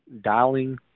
dialing